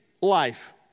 life